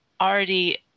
already